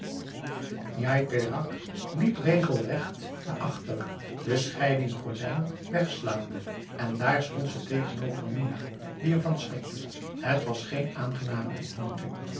njai peraq liep regelrecht naar achter de scheidinggordijn wegslaande en daar stond ze tegenover minah die ervan schrikte het was geen aangename ontmoeting